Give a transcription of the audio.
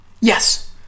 Yes